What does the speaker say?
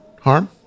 Harm